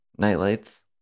Nightlights